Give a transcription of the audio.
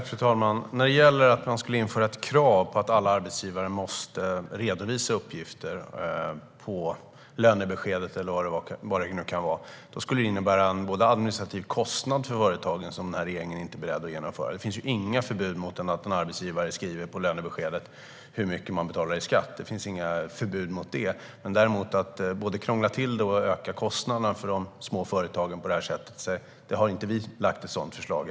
Fru talman! Ett krav på att alla arbetsgivare måste redovisa uppgifter på lönebeskedet eller vad det nu kan vara skulle innebära en administrativ kostnad för företagen som den här regeringen inte är beredd att införa. Det finns inga förbud mot att en arbetsgivare skriver på lönebeskedet hur mycket man betalar i skatt. Det finns inga förbud mot det. Men att däremot både krångla till det och öka kostnaderna för de små företagen på det här sättet har vi inte lagt fram något förslag om.